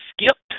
skipped